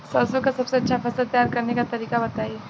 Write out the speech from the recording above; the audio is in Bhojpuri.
सरसों का सबसे अच्छा फसल तैयार करने का तरीका बताई